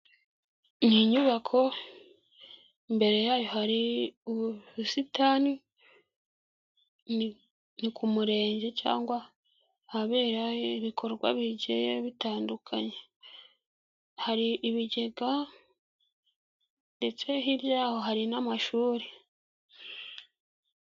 Ni inyubako imbere yayo hari ubusitani, ni ku murenge cyangwa ahabera ibikorwa bigiye bitandukanye, hari ibigega ndetse hirya yaho hari n'amashuri.